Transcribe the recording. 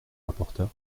rapporteur